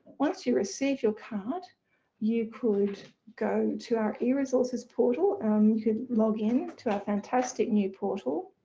once you receive your card you could go to our eresources portal, um you could login to our fantastic new portal